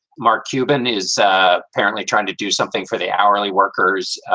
mark cuban is ah apparently trying to do something for the hourly workers,